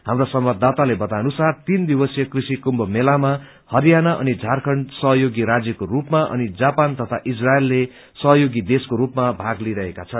हाम्रा संवाददाताले बाताए अनुसार तीन दिवसीय कृष कृम्भ मेलामा हरियाणा अनि झारखण्ड सहयोगी राज्यको रूपमा अनि जापान तथा झसइलले सहयोगी देशको रूपमा भाग लिइरहेका छन्